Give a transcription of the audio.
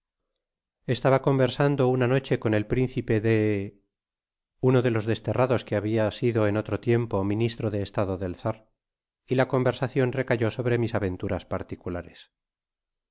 estaba conversando una noche con el principe de uno de los desterrados que habia sido en otro tiempo ministro de estado del czar y la conversacion recayó sobre mis aventuras particulares